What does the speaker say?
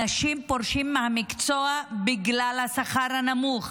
אנשים פורשים מהמקצוע בגלל השכר הנמוך,